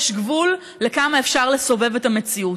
יש גבול לכמה אפשר לסובב את המציאות.